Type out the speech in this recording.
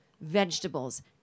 vegetables